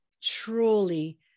truly